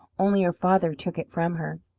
only her father took it from her.